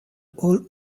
all